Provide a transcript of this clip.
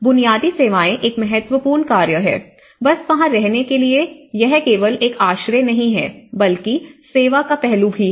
बुनियादी सेवाएं एक महत्वपूर्ण कार्य है बस वहां रहने के लिए यह केवल एक आश्रय नहीं है बल्कि सेवा का पहलू भी है